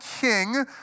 king